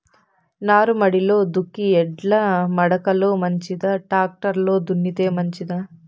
నారుమడిలో దుక్కి ఎడ్ల మడక లో మంచిదా, టాక్టర్ లో దున్నితే మంచిదా?